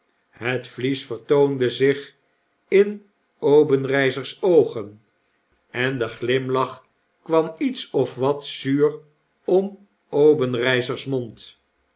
het vlies vertoonde zich in obenreizer's oogen en de glimlach kwam iets of wat zuur om obenreizer's mond